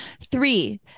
three